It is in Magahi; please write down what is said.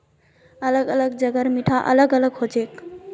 अलग अलग जगहर मिट्टी अलग अलग हछेक